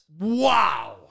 Wow